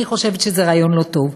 אני חושבת שזה רעיון לא טוב.